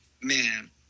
Man